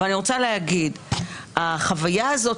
אבל החוויה הזאת,